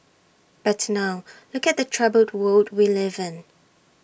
but now look at the troubled world we live in